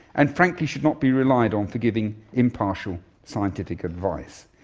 and frankly should not be relied on for giving impartial scientific advice.